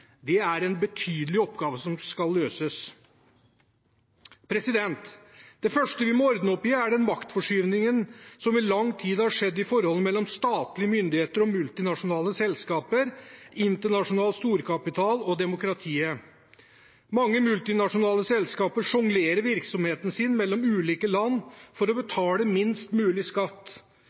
Det er en betydelig oppgave som skal løses. Det første vi må ordne opp i, er den maktforskyvningen som i lang tid har skjedd i forholdet mellom statlige myndigheter og multinasjonale selskaper, internasjonal storkapital og demokratiet. Mange multinasjonale selskaper sjonglerer virksomheten sin mellom ulike land for å betale minst mulig skatt.